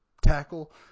tackle